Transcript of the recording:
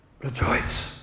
Rejoice